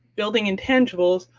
building intangibles,